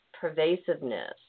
pervasiveness